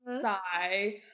sigh